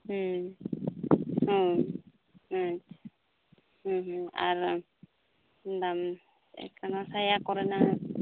ᱦᱮᱸ ᱟᱨ ᱫᱟᱢᱤ ᱪᱮᱫ ᱠᱟᱱᱟ ᱥᱟᱭᱟ ᱠᱚᱨᱮᱱᱟᱜ